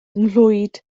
nghlwyd